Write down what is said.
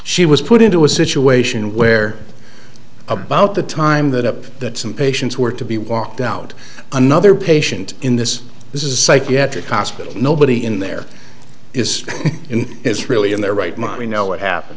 she was put into a situation where about the time that up that some patients were to be walked out another patient in this this is a psychiatric hospital nobody in there is in is really in their right mind we know what happened